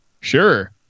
Sure